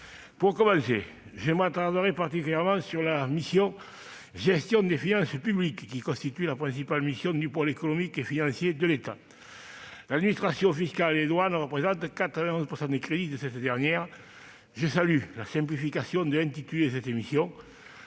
Pour commencer, je m'attarderai particulièrement sur la mission « Gestion des finances publiques », qui constitue la principale mission du pôle économique et financier de l'État. L'administration fiscale et les douanes représentent 91 % des crédits de cette dernière. Je salue la simplification de l'intitulé de cette mission.